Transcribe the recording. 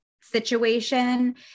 situation